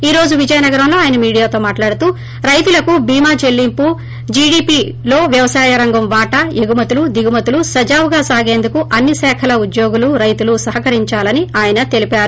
ఈ రోజు విజయనగరంలో ఆయన మీడియాతో మాట్లాడుతూ రైతులకు బీమా చెల్లింపు జీడీపీలో వ్యవసారంగం వాటా ఎగుమతులు దిగుమతులు సజావుగా సాగేందుకు అన్ని శాఖల ఉద్యోగులు రైతులు సహకరించాలని ఆయన తెలీపారు